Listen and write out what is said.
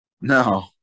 No